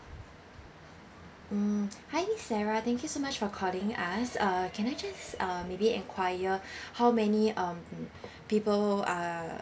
mm hi miss sarah thank you so much for calling us uh can I just uh maybe enquire how many um people are